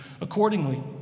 Accordingly